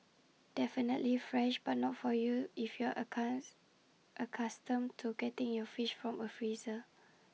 definitely fresh but not for you if you're accounts accustomed to getting your fish from A freezer